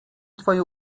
twoje